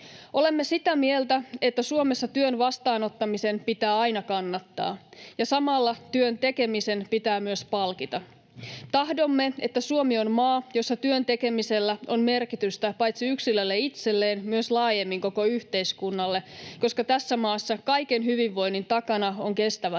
Olemme sitä mieltä, että Suomessa työn vastaanottamisen pitää aina kannattaa — ja samalla työn tekemisen pitää myös palkita. Tahdomme, että Suomi on maa, jossa työn tekemisellä on merkitystä paitsi yksilölle itselleen myös laajemmin koko yhteiskunnalle, koska tässä maassa kaiken hyvinvoinnin takana on kestävä